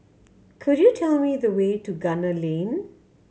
could you tell me the way to Gunner Lane